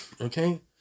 Okay